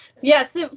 Yes